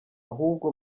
ahubwo